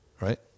Right